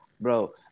bro